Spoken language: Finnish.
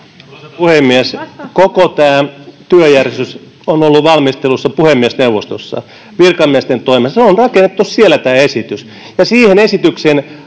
Koko tämä työjärjestys on ollut valmistelussa puhemiesneuvostossa virkamiesten toimesta. Tämä esitys on rakennettu siellä, ja siihen esitykseen